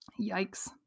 yikes